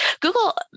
Google